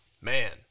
man